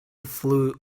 flew